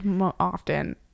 often